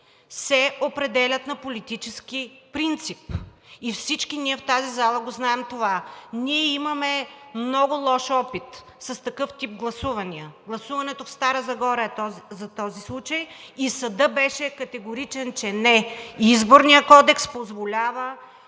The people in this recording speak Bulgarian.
се определят на политически принцип и всички ние в тази зала го знаем това. Ние имаме много лош опит с такъв тип гласувания. Гласуването в Стара Загора е по този случай и съдът беше категоричен, че не може, а Изборният кодекс позволява